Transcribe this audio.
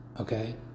okay